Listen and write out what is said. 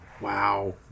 wow